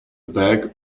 bag